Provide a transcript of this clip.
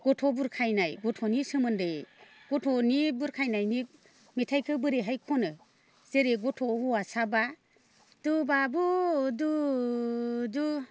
गथ' बुरखायनाय गथ'नि सोमोन्दै गथ'नि बुरखायनायनि मेथाइखो बोरैहाय खनो जेरै गथ' हौवासाब्ला